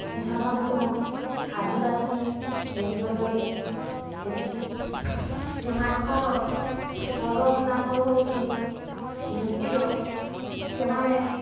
ଏହା ମଧ୍ୟ ଆଦିବାସୀ ହରିଜନରେ ଅଛି ସେମାନଙ୍କର କରମ୍ ନାଟ ହୋଉଛି ମୁଖ୍ୟ ସେମାନେ